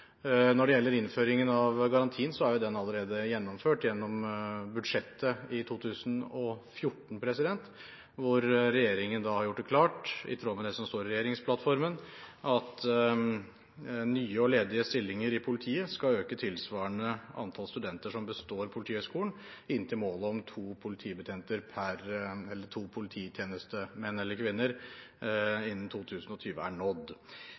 Når det gjelder innføringen av garantien, er den allerede gjennomført gjennom budsjettet for 2014, hvor regjeringen har gjort det klart – i tråd med det som står i regjeringsplattformen – at nye og ledige stillinger i politiet skal øke tilsvarende antall studenter som består Politihøgskolen, inntil målet om to polititjenestemenn eller -kvinner innen 2020 er nådd. Jeg er